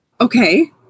Okay